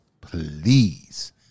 please